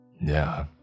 Yeah